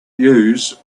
use